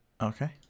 Okay